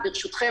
וברשותכם,